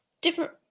different